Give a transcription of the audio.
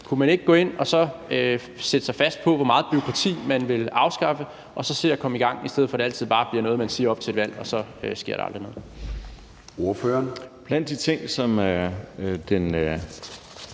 Kunne man ikke gå ind og sætte sig fast på, hvor meget bureaukrati man vil afskaffe, og så se at komme i gang, i stedet for at det altid bliver noget, man bare siger til et valg, og så sker der aldrig noget?